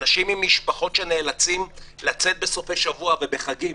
אנשים עם משפחות שנאלצים לצאת בסופי שבוע ובחגים